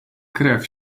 krew